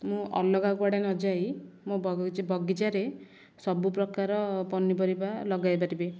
ମୁଁ ଅଲଗା କୁଆଡ଼େ ନଯାଇ ମୋ ବଗିଚାରେ ସବୁପ୍ରକାର ପନିପରିବା ଲଗାଇ ପାରିବି